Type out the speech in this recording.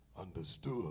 understood